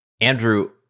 Andrew